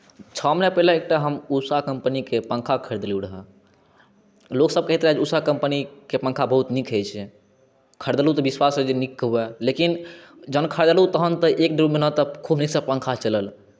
छओ महिना पहिले एकटा हम उषा कम्पनीके पँखा खरीदलहुँ रहै लोकसब कहैत रहै जे उषा कम्पनीके पँखा बहुत नीक होइ छै खरिदलहुँ ओहि विश्वाससँ जे नीक हुअए जहन खरिदलहुँ तहन तऽ एक डेढ़ महिना तक तऽ खूब नीकसँ पँखा चलल